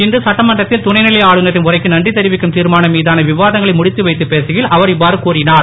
இன்று சட்டமன்றத்தில் துணை நிலை ஆளுநரின் உரைக்கு நன்றி தெரிவிக்கும் தீர்மானம் மீதான விவாதங்களை முடித்து வைத்துப் பேசுகையில் அவர் இவ்வாறு கூறினார்